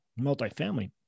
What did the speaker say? multifamily